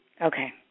Okay